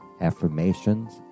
affirmations